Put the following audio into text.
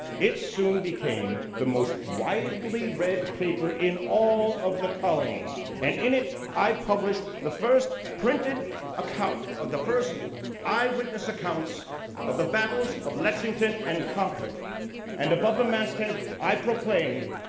it soon became the most widely read paper in all of the colonies and in it i published the first printed account of the first eye witness accounts of the battles of lexington and and concord and above the masthead i proclaimed